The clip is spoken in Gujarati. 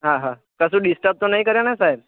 હા હા કશું ડિસ્ટર્બ તો નથી કર્યા ને સાહેબ